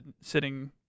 sitting